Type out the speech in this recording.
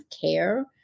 care